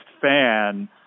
fan